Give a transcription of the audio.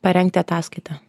parengti ataskaitą